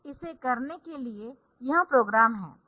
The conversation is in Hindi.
इसे करने के लिए यह प्रोग्राम है